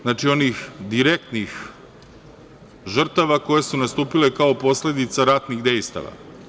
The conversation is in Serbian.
Znači, onih direktnih žrtava, koje su nastupile kao posledica ratnih dejstava.